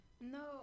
No